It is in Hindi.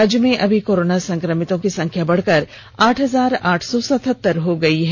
राज्य में अभी कोरोना संक्रमितों की संख्या बढ़कर आठ हजार आठ सौ सतहत्तर हो गई है